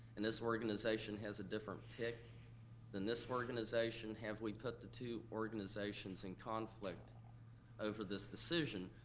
and this organization has a different pick than this organization, have we put the two organizations in conflict over this decision?